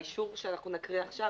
שהאישור שאנחנו נקריא עכשיו,